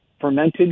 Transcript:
fermented